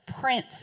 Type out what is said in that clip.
prince